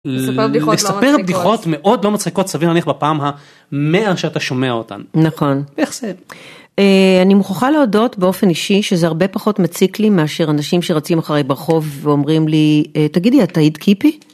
לספר בדיחות מאוד לא מצחיקות סביר להניח בפעם המאה שאתה שומע אותן. נכון. איך זה? אני מוכרחה להודות באופן אישי שזה הרבה פחות מציק לי מאשר אנשים שרצים אחרי ברחוב ואומרים לי תגידי את היית קיפי?